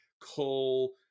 coal